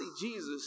Jesus